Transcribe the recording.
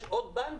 ויש עוד בנקים,